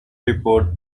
report